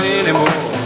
anymore